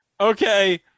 Okay